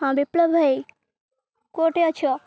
ହଁ ବିପ୍ଳବ ଭାଇ କେଉଁଠି ଅଛ